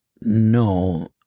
no